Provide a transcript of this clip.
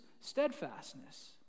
steadfastness